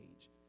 age